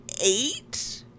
eight